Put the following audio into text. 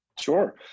Sure